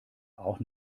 auch